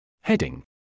Heading